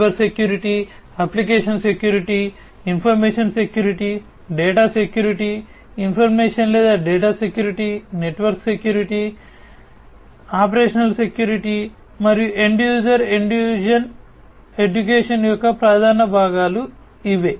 cyber security application security information security data security information లేదా data security network security operational security మరియు end user education యొక్క ప్రధాన భాగాలు ఇవి